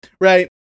right